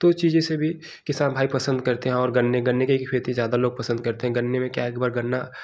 तो उस चीज़ से भी किसान भाई पसंद करते हैं और गन्ने गन्ने की खेती ज़्यादा लोग पसंद करते हैं गन्ने में क्या एक बार गन्ना